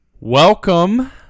Welcome